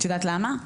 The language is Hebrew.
את יודעת למה?